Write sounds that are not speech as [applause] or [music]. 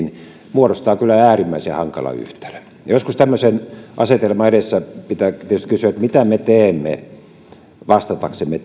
muodostaa kyllä äärimmäisen hankalan yhtälön joskus tämmöisen asetelman edessä pitää tietysti kysyä mitä me teemme vastataksemme [unintelligible]